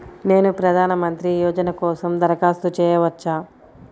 నేను ప్రధాన మంత్రి యోజన కోసం దరఖాస్తు చేయవచ్చా?